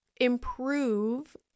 improve